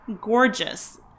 gorgeous